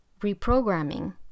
reprogramming